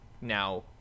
now